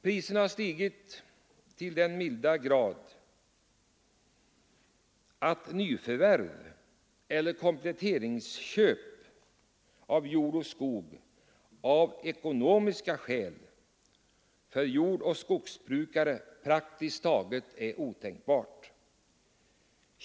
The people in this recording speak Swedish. Priserna har stigit så till den milda grad att det av ekonomiska skäl är praktiskt taget otänkbart för jordoch skogsbrukare att göra nyförvärv eller kompletteringsköp av jord och skog.